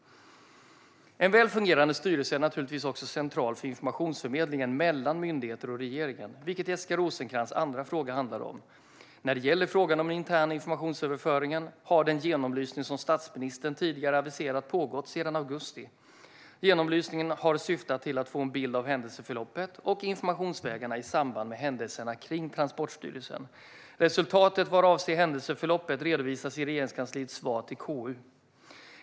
En väl fungerande styrelse är naturligtvis också central för informationsförmedlingen mellan myndigheten och regeringen, vilket Jessica Rosencrantz andra fråga handlar om. När det gäller frågan om den interna informationsöverföringen har den genomlysning som statsministern tidigare aviserat pågått sedan augusti. Genomlysningen har syftat till att vi ska få en bild av händelseförloppet och informationsvägarna i samband med händelserna kring Transportstyrelsen. Resultatet vad avser händelseförloppet redovisas i Regeringskansliets svar till KU.